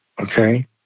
okay